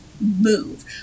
move